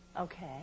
Okay